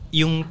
yung